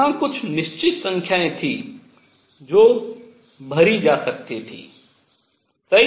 तो यहाँ कुछ निश्चित संख्याएं थीं जो भरी जा सकती थीं सही